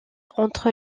entre